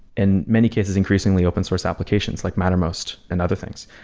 and many cases increasingly open source applications, like mattermost and other things.